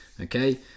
Okay